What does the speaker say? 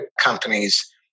companies